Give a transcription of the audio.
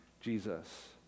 Jesus